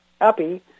happy